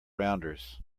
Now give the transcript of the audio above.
rounders